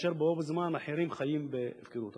כאשר בו בזמן אחרים חיים בהפקרות.